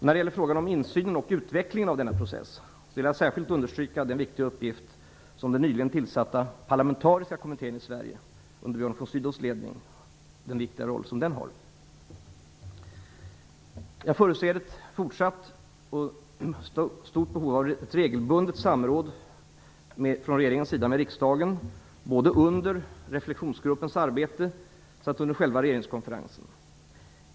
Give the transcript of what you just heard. När det gäller frågan om insynen och utvecklingen av denna process vill jag särskilt understryka den viktiga uppgift som den nyligen tillsatta parlamentariska kommittén i Sverige under Björn von Jag förutser ett fortsatt och stort behov av regelbundet samråd från regeringens sida med riksdagen, både under reflexionsgruppens arbete och under själva regeringskonferensen.